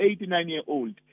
89-year-old